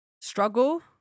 struggle